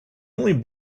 only